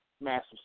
massive